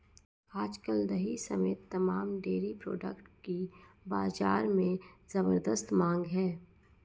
आज कल दही समेत तमाम डेरी प्रोडक्ट की बाजार में ज़बरदस्त मांग है